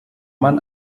man